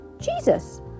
Jesus